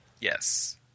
yes